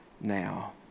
now